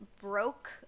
broke